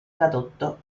tradotto